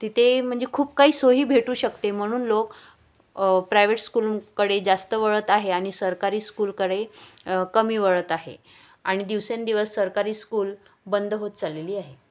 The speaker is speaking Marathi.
तिथे म्हणजे खूप काही सोयी भेटू शकते म्हणून लोक प्रायव्हेट स्कूलंकडे जास्त वळत आहे आणि सरकारी स्कूलकडे कमी वळत आहे आणि दिवसेंदिवस सरकारी स्कूल बंद होत चाललेली आहे